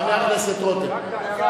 חבר הכנסת רותם.